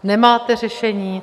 Nemáte řešení!